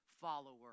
follower